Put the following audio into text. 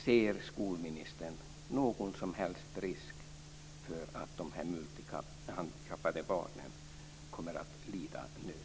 Ser skolministern någon som helst risk för att de här handikappade barnen kommer att lida nöd?